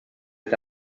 est